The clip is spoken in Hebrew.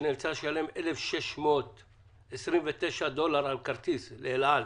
שנאלצה לשלם 1,629 דולר לכרטיס באל-על.